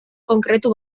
konkretu